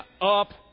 up